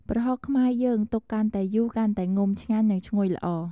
ប្រហុកខ្មែរយើង ទុកកាន់តែយូរ កាន់តែងំ ឆ្ងាញ់ និងឈ្ងុយល្អ។